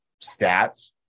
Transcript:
stats